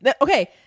Okay